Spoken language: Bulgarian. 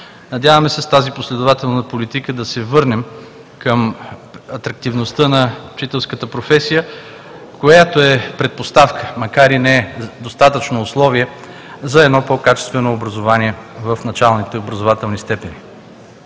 Надяваме се с тази последователна политика да се върнем към атрактивността на учителската професия, която е предпоставка, макар и не достатъчно условие, за едно по-качествено образование в началните образователни степени.